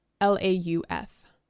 L-A-U-F